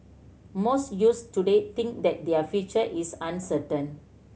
most youths today think that their future is uncertain